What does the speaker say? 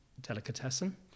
delicatessen